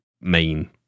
main